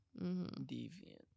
deviant